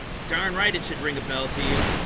darn, right, it should ring a bell to you.